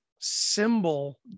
symbol